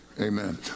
Amen